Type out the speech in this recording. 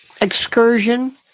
excursion